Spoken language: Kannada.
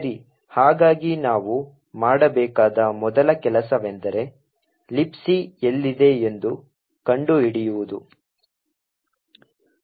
ಸರಿ ಹಾಗಾಗಿ ನಾವು ಮಾಡಬೇಕಾದ ಮೊದಲ ಕೆಲಸವೆಂದರೆ Libc ಎಲ್ಲಿದೆ ಎಂದು ಕಂಡುಹಿಡಿಯುವುದು